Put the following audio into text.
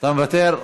אתה מוותר.